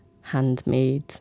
handmade